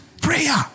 prayer